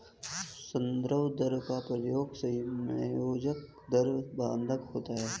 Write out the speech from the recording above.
संदर्भ दर का प्रयोग समायोज्य दर बंधक होता है